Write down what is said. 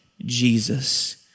Jesus